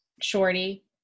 Shorty